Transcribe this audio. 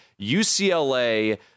UCLA